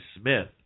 Smith